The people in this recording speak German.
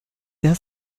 der